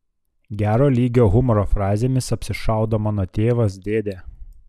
gero lygio humoro frazėmis apsišaudo mano tėvas dėdė